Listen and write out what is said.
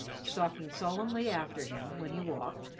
stalking solemnly after him when he walked,